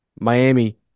Miami